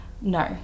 no